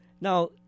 Now